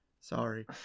sorry